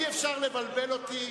אי-אפשר לבלבל אותי,